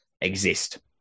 exist